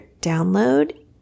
download